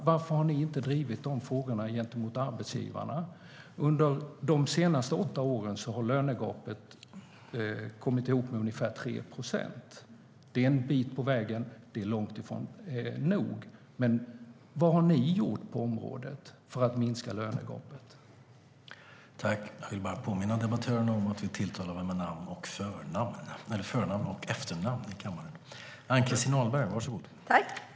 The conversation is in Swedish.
Varför har ni inte drivit dessa frågor gentemot arbetsgivarna? Under de senaste åtta åren har lönegapet minskat med ungefär 3 procent. Det är en bit på vägen, men det är långt ifrån nog. Men vad har ni gjort på området för att minska lönegapet?